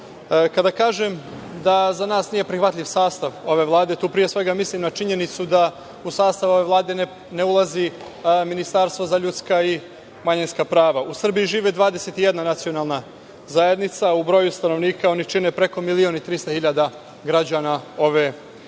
nas. Kada kažem da za nas nije prihvatljiv sastav ove Vlade, tu pre svega mislim na činjenicu da u sastav ove Vlade ne ulazi ministarstvo za ljudska i manjinska prava. U Srbiji živi 21 nacionalna zajednica, u broju stanovnika oni čine preko 1.300.000 građana ove države.